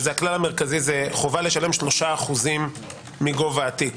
שהכלל המרכזי הוא - חובה לשלם 3% מגובה התיק.